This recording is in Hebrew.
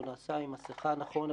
הוא נעשה עם מסכה, נכון.